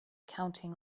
counting